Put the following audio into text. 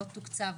לא תוקצב,